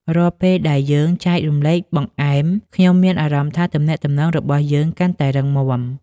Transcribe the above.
រាល់ពេលដែលយើងចែករំលែកបង្អែម ខ្ញុំមានអារម្មណ៍ថាទំនាក់ទំនងរបស់យើងកាន់តែរឹងមាំ។